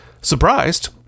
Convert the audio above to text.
Surprised